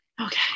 okay